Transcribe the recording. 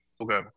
Okay